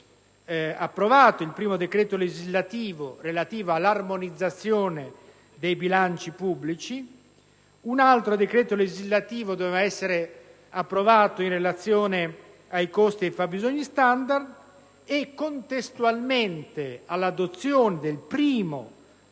altro decreto legislativo doveva essere approvato in relazione ai costi e ai fabbisogni standard e, contestualmente all'adozione del primo schema di decreto legislativo,